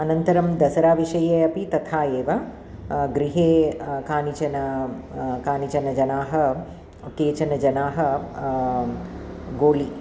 अनन्तरं दसराविषये अपि तथा एव गृहे कानिचन कानिचन जनाः केचन जनाः गोलु